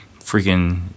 freaking